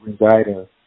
residing